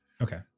Okay